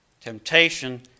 Temptation